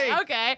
Okay